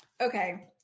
okay